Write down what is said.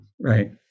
Right